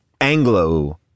Anglo